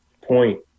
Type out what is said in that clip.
point